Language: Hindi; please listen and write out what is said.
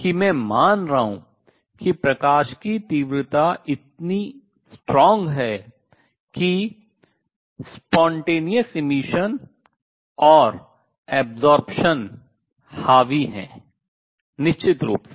कि मैं मान रहा हूँ कि प्रकाश की तीव्रता इतनी strong मजबूत है कि उद्दीपित उत्सर्जन और अवशोषण हावी है निश्चित रूप से